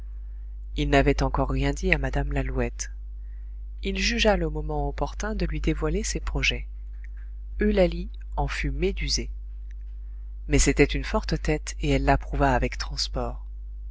il n'avait encore rien dit à mme lalouette il jugea le moment opportun de lui dévoiler ses projets eulalie en fut médusée mais c'était une forte tête et elle l'approuva avec transport